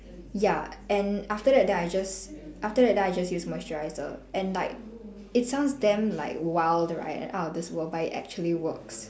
ya and after that then I just after that then I just use moisturiser and like it sounds damn like wild right and out of this world but it actually works